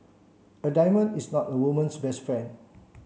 a diamond is not a woman's best friend